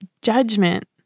judgment